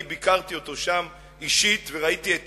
ואני ביקרתי אותו שם אישית וראיתי את